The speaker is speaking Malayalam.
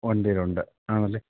വണ്ടിയിലുണ്ട് ആണല്ലേ